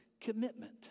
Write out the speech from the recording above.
Commitment